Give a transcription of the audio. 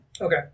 Okay